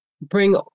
bring